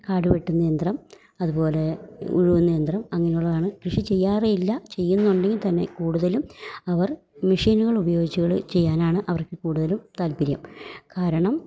കാടുവെട്ടുന്ന യന്ത്രം അതുപോലെ ഉഴുവുന്ന യന്ത്രം അങ്ങനെയുള്ളതാണ് കൃഷി ചെയ്യാറേയില്ല ചെയ്യുന്നുണ്ടെങ്കിൽ തന്നെ കൂടുതലും അവർ മെഷീനുകൾ ഉപയോഗിച്ചുകള് ചെയ്യാനാണ് അവർക്ക് കൂടുതലും താൽപര്യം കാരണം